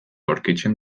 aurkitzen